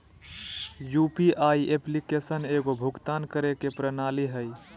UPI application एगो भुक्तान करे के प्रणाली हइ